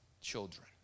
children